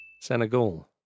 Senegal